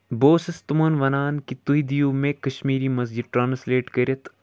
بہٕ اوسُس تِمَن وَنان کہِ تُہۍ دِیوٗ مےٚ کَشمیٖری منٛز یہِ ٹرٛانَسلیٹ کٔرِتھ